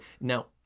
Now